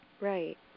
Right